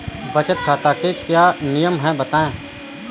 बचत खाते के क्या नियम हैं बताएँ?